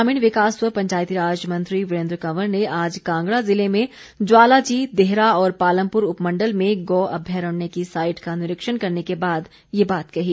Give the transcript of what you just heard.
ग्रामीण विकास व पंचायती राज मंत्री वीरेन्द्र कंवर ने आज कांगड़ा जिले में ज्वालाजी देहरा और पालमपुर उपमण्डल में गौ अभ्यारण्य की साईट का निरीक्षण करने के बाद ये बात कही